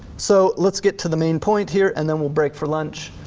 so let's get to the main point here and then we'll break for lunch.